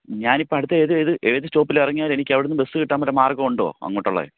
ഞാനിപ്പം അടുത്ത ഏത് ഏത് ഏത് സ്റ്റോപ്പിലെറങ്ങിയാൽ എനിക്കവിടുന്ന് ബസ്സ് കിട്ടാൻ വല്ല മാർഗൂണ്ടോ അങ്ങോട്ടുള്ള